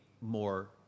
more